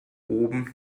oben